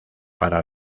para